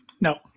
No